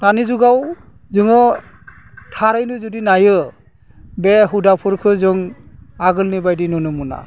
दानि जुगाव जोङो थारैनो जुदि नायो बे हुदाफोरखौ जों आगोलनि बायदि नुनो मोना